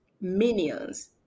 minions